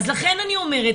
אז לכן אני אומרת,